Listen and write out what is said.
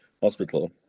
hospital